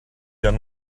done